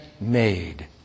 made